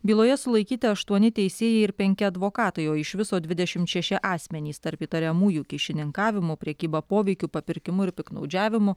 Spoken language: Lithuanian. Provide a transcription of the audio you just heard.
byloje sulaikyti aštuoni teisėjai ir penki advokatai o iš viso dvidešimt šeši asmenys tarp įtariamųjų kyšininkavimu prekyba poveikiu papirkimu ir piktnaudžiavimu